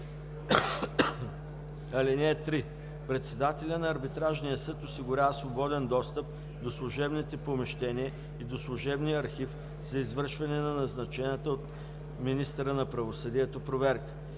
(3) Председателят на арбитражния съд осигурява свободен достъп до служебните помещения и до служебния архив за извършване на назначената от министъра на правосъдието проверка.